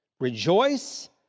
Rejoice